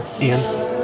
Ian